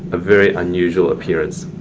a very unusual appearance.